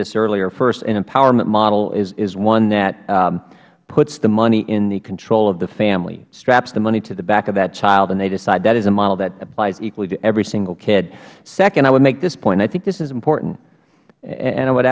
this earlier first an empowerment model is one that puts the money in the control of the family straps the money to the back of that child and they decide that is a model that applies equally to every single kid second i would make this point and i think this is important and i would